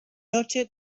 noche